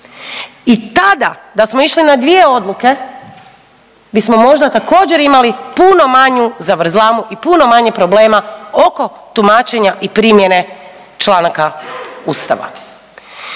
I tada, da smo išli na dvije odluke bismo možda također imali puno manju zavrzlamu i puno manje problema oko tumačenja i primjene članaka Ustava.